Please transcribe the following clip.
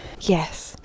yes